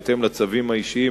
בהתאם לצווים האישיים,